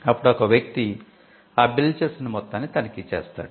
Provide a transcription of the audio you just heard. అప్పుడు ఒక వ్యక్తి బిల్ చేసిన మొత్తాన్ని తనిఖీ చేస్తాడు